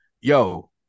Yo